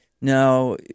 Now